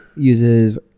Uses